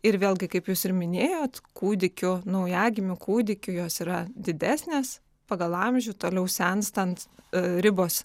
ir vėlgi kaip jūs ir minėjot kūdikių naujagimių kūdikių jos yra didesnės pagal amžių toliau senstant ribos